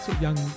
young